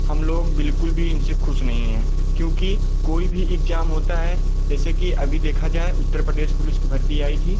हम लोग बिल्कुल भी इनसे ख़ुश नहीं हैं क्योंकि कोई भी इग्जाम होता है जैसे कि अभी देखा जाए उत्तर प्रदेश पुलिस की भर्ती आई थी